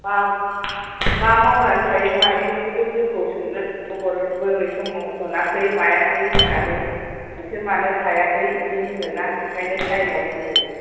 मा मा मावनानै थायो मायो बेफोरखौ जोंखौ सोंगोन खबर बबे समाव मोनाखै मायाखै होन्नानै नोंसोर मानो थायाखै बिदि होनगोनना बेखायनो थाइमाव होफैनांगौ